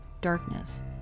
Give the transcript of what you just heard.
darkness